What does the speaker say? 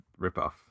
ripoff